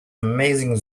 amazing